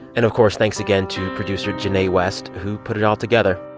and of course, thanks again to producer jinae west who put it all together